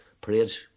parades